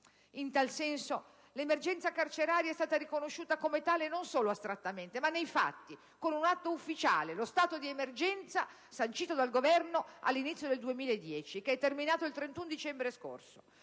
In tal senso, l'emergenza carceraria è stata riconosciuta come tale non solo astrattamente, ma nei fatti, con un atto ufficiale: lo stato di emergenza sancito dal Governo all'inizio del 2010, e che è terminato il 31 dicembre scorso.